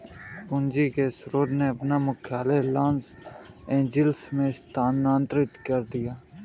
पूंजी के स्रोत ने अपना मुख्यालय लॉस एंजिल्स में स्थानांतरित कर दिया